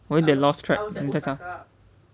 我有一点 lost track mm